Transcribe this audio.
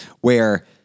where-